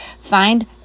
Find